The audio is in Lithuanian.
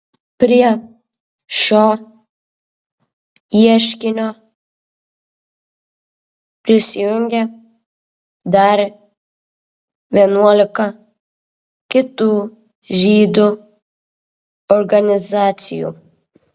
prie šio ieškinio prisijungė dar vienuolika kitų žydų organizacijų